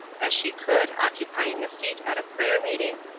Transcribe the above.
as she could occupying a seat at a prayer-meeting.